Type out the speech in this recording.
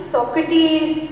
Socrates